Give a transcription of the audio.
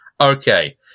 Okay